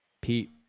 Pete